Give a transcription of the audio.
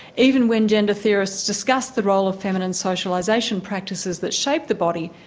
even when gender theorists discuss the role of feminine socialisation practices that shape the body,